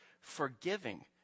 forgiving